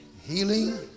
Healing